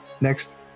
Next